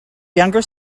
younger